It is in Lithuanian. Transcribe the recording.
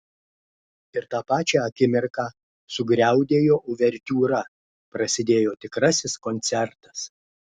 ir tą pačią akimirką sugriaudėjo uvertiūra prasidėjo tikrasis koncertas